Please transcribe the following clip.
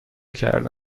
کرده